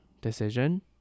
decision